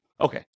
okay